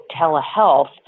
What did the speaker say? telehealth